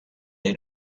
est